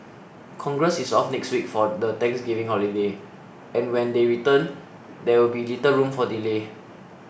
congress is off next week for the Thanksgiving holiday and when they return there will be little room for delay